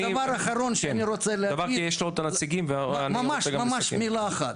דבר אחרון שאני רוצה להגיד, ממש מילה אחת.